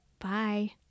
bye